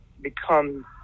become